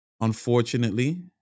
unfortunately